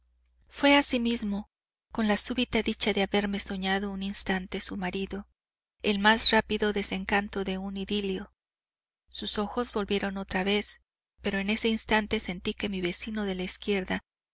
fué asimismo con la súbita dicha de haberme soñado un instante su marido el más rápido desencanto de un idilio sus ojos volvieron otra vez pero en ese instante sentí que mi vecino de la izquierda